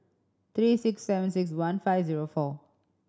three six seven six one five zero four